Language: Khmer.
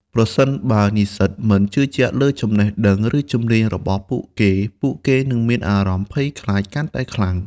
ប្រសិនបើនិស្សិតមិនជឿជាក់លើចំណេះដឹង ឬជំនាញរបស់ពួកគេ ពួកគេនឹងមានអារម្មណ៍ភ័យខ្លាចកាន់តែខ្លាំង។